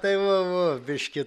tai va va biškį